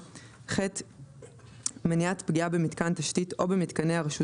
; (ח)מניעת פגיעה במתקן תשתית או במתקני הרשות